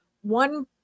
one